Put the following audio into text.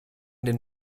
den